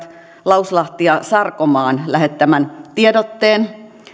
lauslahti ja sarkomaa lähettämän tiedotteen